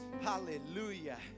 Hallelujah